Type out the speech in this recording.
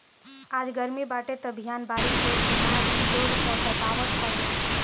आज गरमी बाटे त बिहान बारिश होई की ना इ लोग सब बतावत हवे